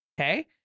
Okay